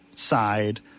Side